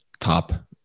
top